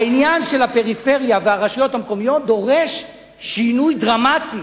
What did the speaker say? העניין של הפריפריה והרשויות המקומיות דורש שינוי דרמטי.